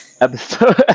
episode